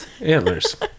antlers